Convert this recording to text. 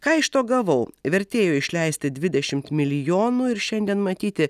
ką iš to gavau vertėjo išleisti dvidešimt milijonų ir šiandien matyti